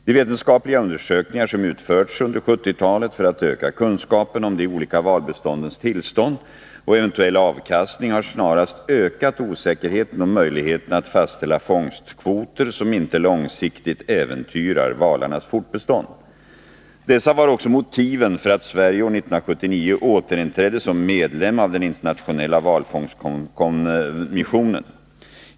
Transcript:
De vetenskapliga undersökningar som utförts under 1970-talet för att öka kunskapen om de olika valbeståndens tillstånd och eventuella avkastning har snarast ökat osäkerheten om möjligheten att fastställa fångstkvoter som inte långsiktigt äventyrar valarnas fortbestånd. Dessa var också motiven för att Sverige år 1979 återinträdde som medlem av den internationella valfångstkommissionen .